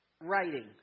writing